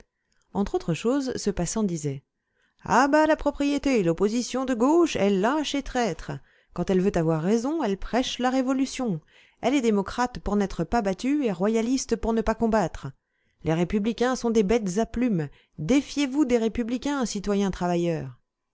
entre autres choses ce passant disait à bas la propriété l'opposition de gauche est lâche et traître quand elle veut avoir raison elle prêche la révolution elle est démocrate pour n'être pas battue et royaliste pour ne pas combattre les républicains sont des bêtes à plumes défiez-vous des républicains citoyens travailleurs